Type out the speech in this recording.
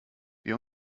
wir